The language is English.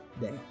day